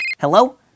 Hello